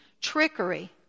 trickery